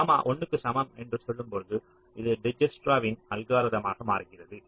gamma 1 க்கு சமம் என்று சொல்லும்பொழுது இது டிஜ்க்ஸ்ட்ராவின் அல்கோரிதமாக மாறுகிறது